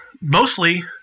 mostly